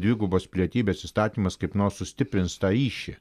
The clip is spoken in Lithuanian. dvigubos pilietybės įstatymas kaip nors sustiprins tą ryšį